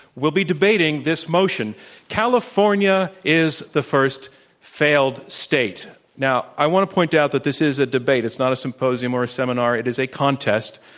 will be debating this motion california is the first failed state. now, i want to point out that this is a debate, it's not a symposium or a seminar, it is a contest.